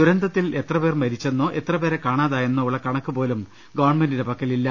ദുരന്തത്തിൽ എത്ര പേർ മരിച്ചെന്നോ എത്ര പേരെ കാണാതാ യെന്നോ ഉള്ള കണക്കു പോലും ഗവൺമെന്റിന്റെ പക്കൽ ഇല്ല